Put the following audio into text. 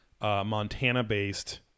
Montana-based